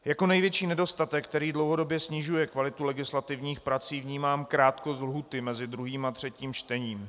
Jako největší nedostatek, který dlouhodobě snižuje kvalitu legislativních prací, vnímám krátkost lhůty mezi 2. a 3. čtením.